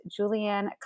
Julianne